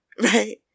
right